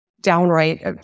downright